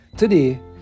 Today